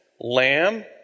lamb